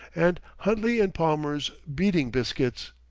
and huntley and palmer's beading biscuits.